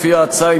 לפי ההצעה,